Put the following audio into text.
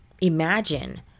imagine